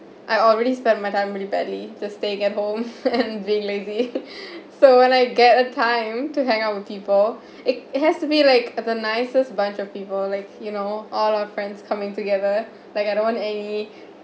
I already spend my time really badly just staying at home and being lazy so when I get a time to hang out with people it it has to be like the nicest bunch of people like you know all our friends coming together like I don't want any